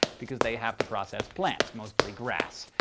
because they have to process plants, mostly grass.